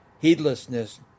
Heedlessness